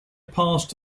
passed